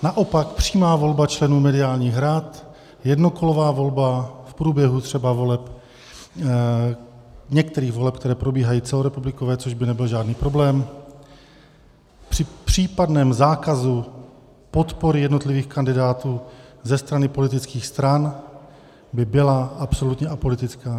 Naopak přímá volba členů mediálních rad, jednokolová volba, v průběhu třeba některých voleb, které probíhají celorepublikově, což by nebyl žádný problém, při případném zákazu podpory jednotlivých kandidátů ze strany politických stran by byla absolutně apolitická.